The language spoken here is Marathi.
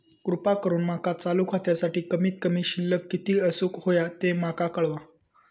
कृपा करून माका चालू खात्यासाठी कमित कमी शिल्लक किती असूक होया ते माका कळवा